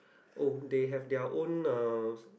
oh they have their own uh